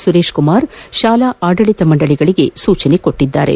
ಸುರೇಶ್ಕುಮಾರ್ ಶಾಲಾ ಆಡಳಿತ ಮಂಡಳಿಗಳಿಗೆ ಸೂಚಿಸಿದ್ದಾರೆ